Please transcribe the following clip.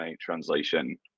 translation